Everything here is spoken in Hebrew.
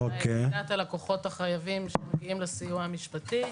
אלא את עמדת הלקוחות החייבים שמגיעים לסיוע המשפטי.